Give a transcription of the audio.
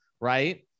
right